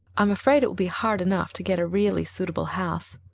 i'm afraid it will be hard enough to get a really suitable house,